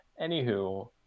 Anywho